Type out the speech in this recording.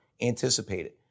anticipated